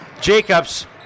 Jacobs